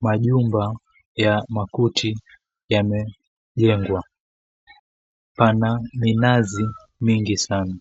majumba ya makuti yamejengwa. Pana minazi mingi sana.